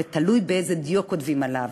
ותלוי באיזה דיו כותבים עליו,